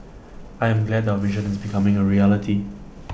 I am glad that our vision is becoming A reality